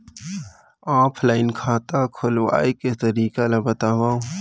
Offline खाता खोलवाय के तरीका ल बतावव?